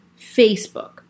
Facebook